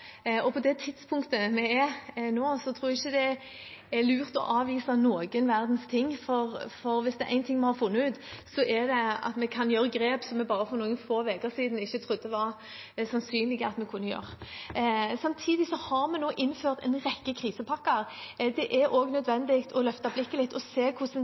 og på dette tidspunktet, tror jeg ikke det er lurt å avvise noen verdens ting. For er det noe vi har funnet ut, er det at vi kan ta grep som vi for noen få uker siden ikke trodde det var sannsynlig at vi kunne ta. Samtidig har vi nå innført en rekke krisepakker, og det er nødvendig å løfte blikket litt og se hvordan